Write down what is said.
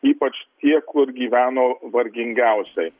ypač tie kur gyveno vargingiausiai